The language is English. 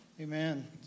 amen